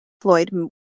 Floyd